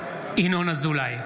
(קורא בשמות חברי הכנסת) ינון אזולאי,